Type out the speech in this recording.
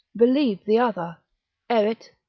believe the other erit,